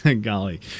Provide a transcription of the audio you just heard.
golly